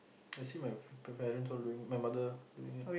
I see my p~ parents all doing my mother doing it